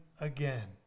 again